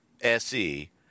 SE